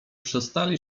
przestali